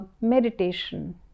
Meditation